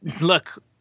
look